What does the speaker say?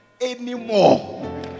anymore